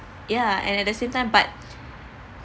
yeah and at the same time but